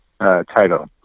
title